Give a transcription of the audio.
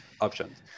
options